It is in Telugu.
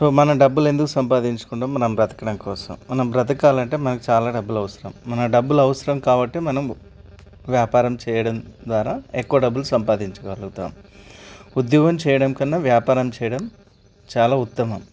సో మనం డబ్బులు ఎందుకు సంపాదించుకుంటాం మనం బ్రతకడం కోసం మనం బ్రతకాలంటే మనకు చాలా డబ్బులు అవసరం మనకు డబ్బులు అవసరం కాబట్టి మనం వ్యాపారం చేయడం ద్వారా ఎక్కువ డబ్బులు సంపాదించుకోగలుగుతాం ఉద్యోగం చేయడం కన్నా వ్యాపారం చేయడం చాలా ఉత్తమం